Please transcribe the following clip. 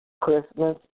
Christmas